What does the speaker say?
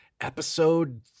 episode